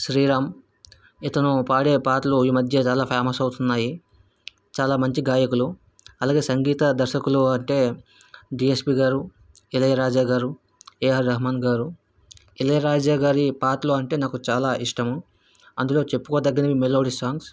శ్రీరామ్ ఇతను పాడే పాటలు ఈ మధ్య చాలా ఫెమస్ అవుతున్నాయి చాలా మంచి గాయకులు అలాగే సంగీత దర్శకులు అంటే డీఎస్పీ గారు ఇళయరాజా గారు ఏఆర్ రహమాన్ గారు ఇళయరాజా గారి పాటలు అంటే నాకు చాలా ఇష్టం అందులో చెప్పుకోదగినవి మెలోడీ సాంగ్స్